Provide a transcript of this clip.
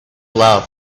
love